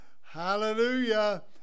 Hallelujah